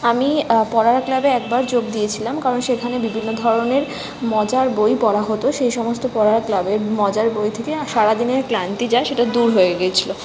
আমি পড়ার ক্লাবে একবার যোগ দিয়েছিলাম কারণ সেখানে বিভিন্ন ধরনের মজার বই পড়া হতো সেই সমস্ত পড়ার ক্লাবে মজার বই থেকেই আ সারা দিনের ক্লান্তি যা সেটা দূর হয়ে গিয়েছিল